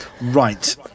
Right